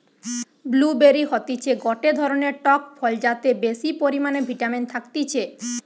blue বেরি হতিছে গটে ধরণের টক ফল যাতে বেশি পরিমানে ভিটামিন থাকতিছে